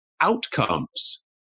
outcomes